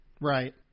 Right